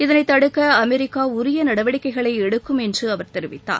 இதனை தடுக்க அமெரிக்கா உரிய நடவடிக்கைகளை எடுக்கும் என்று அவர் தெரிவித்தார்